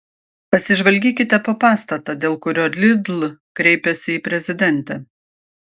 pasižvalgykite po pastatą dėl kurio lidl kreipėsi į prezidentę